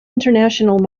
international